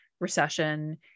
recession